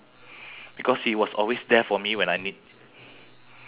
next story was what is the most impressive thing you ever